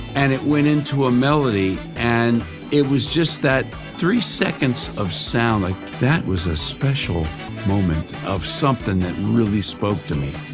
and it went into a melody and it was just that three seconds of sound like, that was a special moment of something that really spoke to me.